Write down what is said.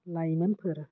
लाइमोनफोर